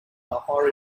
lahore